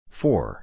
four